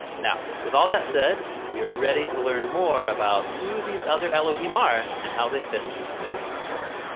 now, with all that said, we are ready to learn more about who these other elohim are and how they fit into the biblical story.